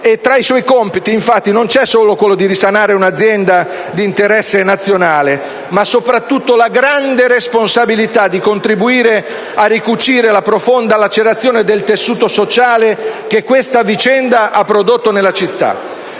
Tra i suoi compiti, infatti, non c'è solo quello di risanare un'azienda d'interesse nazionale ma, soprattutto, la grande responsabilità di contribuire a ricucire la profonda lacerazione del tessuto sociale che questa vicenda ha prodotto nella città.